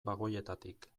bagoietatik